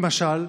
למשל,